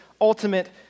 ultimate